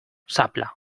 zapla